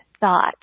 thought